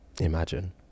Imagine